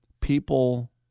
People